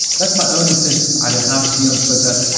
that's my own decision. i didn't have to be on twitter.